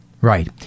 Right